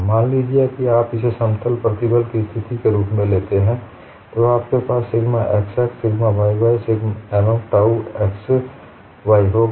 मान लीजिए कि आप इसे समतल प्रतिबल की स्थिति के रुप में लेते हैं तो आपके पास सिग्मा xx सिग्मा yy व टाउ x y होगा